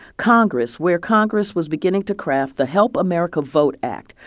congress where congress was beginning to craft the help america vote act,